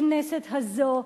בכנסת הזו,